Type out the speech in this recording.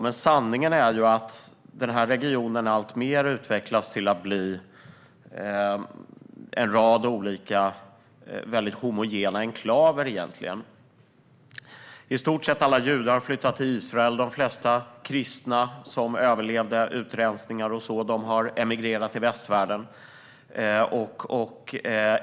Men sanningen är att det i den regionen alltmer utvecklas till att bli en rad olika väldigt homogena enklaver. I stort sett alla judar har flyttat till Israel. De flesta kristna som överlevt utrensningar har emigrerat till västvärlden.